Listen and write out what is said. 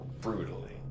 Brutally